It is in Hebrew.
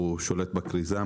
הוא שולט בכריזה,